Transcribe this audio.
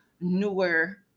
newer